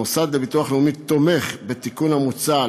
המוסד לביטוח לאומי תומך בתיקון המוצע,